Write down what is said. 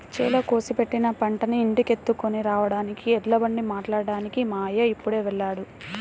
చేలో కోసి పెట్టిన పంటని ఇంటికెత్తుకొని రాడానికి ఎడ్లబండి మాట్లాడ్డానికి మా అయ్య ఇప్పుడే వెళ్ళాడు